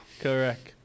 Correct